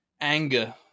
anger